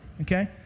Okay